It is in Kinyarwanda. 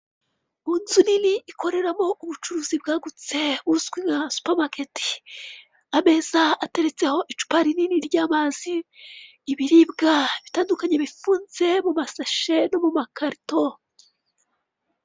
Mu nzu nini ikoreramo ubucuruzi bwagutse buzwi nka supamaketi ameza ateretseho icupa rinini ry'amazi, ibiribwa bitandukanye bifunze mumasashe no mumakarito.